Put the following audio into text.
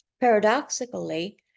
Paradoxically